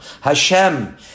Hashem